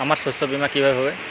আমার শস্য বীমা কিভাবে হবে?